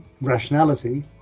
rationality